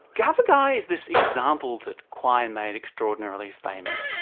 gavagai is this example that quine made extraordinarily famous.